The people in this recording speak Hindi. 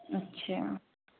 अच्छा